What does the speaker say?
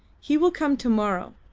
he will come to-morrow.